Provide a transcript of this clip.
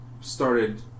started